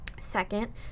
Second